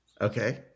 okay